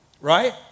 Right